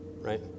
right